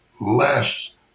less